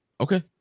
Okay